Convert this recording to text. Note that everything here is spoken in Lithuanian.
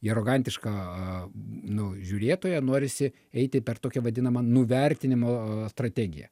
į arogantišką nu žiūrėtoją norisi eiti per tokią vadinamą nuvertinimo strategiją